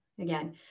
Again